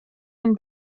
den